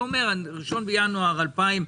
אתה אומר 1 בינואר 2024,